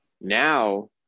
now –